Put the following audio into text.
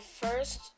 first